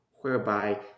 whereby